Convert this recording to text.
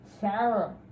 Sarah